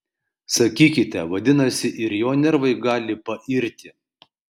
sakykite vadinasi ir jo nervai gali pairti